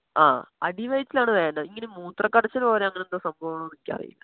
ആ അടിവയറ്റിലാണ് വേദന ഇങ്ങനെ മൂത്ര കടച്ചിൽ പോലെ അങ്ങനെ എന്തോ സംഭവം ആണോന്ന് എനിക്കറിയില്ല